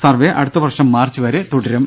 survey അടുത്ത വർഷം March വരെ തുടരും